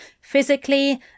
Physically